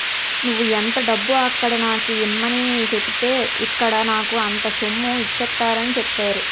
నువ్వు ఎంత డబ్బు అక్కడ నాకు ఇమ్మని సెప్పితే ఇక్కడ నాకు అంత సొమ్ము ఇచ్చేత్తారని చెప్పేరు